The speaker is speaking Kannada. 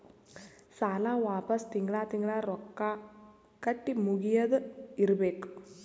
ಸಾಲ ವಾಪಸ್ ತಿಂಗಳಾ ತಿಂಗಳಾ ರೊಕ್ಕಾ ಕಟ್ಟಿ ಮುಗಿಯದ ಇರ್ಬೇಕು